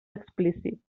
explícit